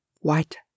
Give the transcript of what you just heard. white